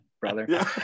brother